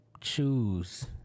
choose